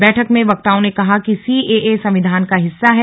बैठक में वक्ताओं ने कहा कि सीएए संविधान का हिस्सा है